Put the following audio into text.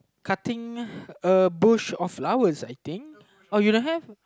cutting a bush of flowers I think uh you don't have